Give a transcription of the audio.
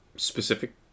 Specific